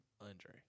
Andre